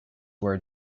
word